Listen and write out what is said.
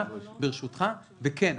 וכן,